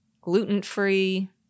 gluten-free